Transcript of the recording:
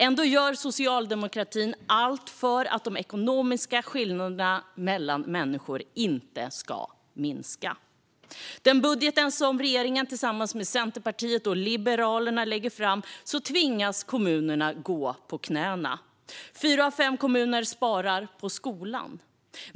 Ändå gör socialdemokratin allt för att de ekonomiska skillnaderna mellan människor inte ska minska. Med den budget som regeringen tillsammans med Centerpartiet och Liberalerna lägger fram tvingas kommunerna att gå på knäna. Fyra av fem kommuner sparar på skolan.